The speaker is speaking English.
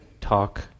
talk